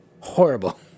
Horrible